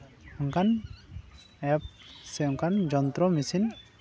ᱚᱱᱠᱟᱱ ᱮᱯᱥ ᱥᱮ ᱚᱱᱠᱟᱱ ᱡᱚᱱᱛᱨᱚ ᱢᱮᱹᱥᱤᱱ